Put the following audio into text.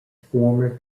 former